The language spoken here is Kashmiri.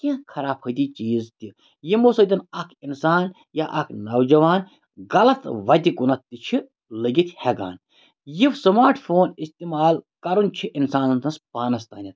کینٛہہ خرافٔتی چیٖز تہِ یِمو سۭتۍ اَکھ اِنسان یا اَکھ نوجوان غلط وَتہِ کُنَتھ تہِ چھِ لٔگِتھ ہیٚکان یہِ سماٹ فون اِستعمال کَرُن چھِ اِنسانَن تس پانَس تانیٚتھ